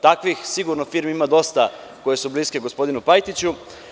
Takvih sigurno firmi ima dosta, koje su bliske gospodinu Pajtiću.